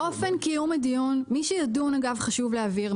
חשוב להבהיר.